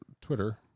Twitter